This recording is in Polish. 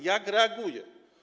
Jak reaguje?